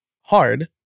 hard